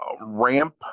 ramp